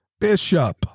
Bishop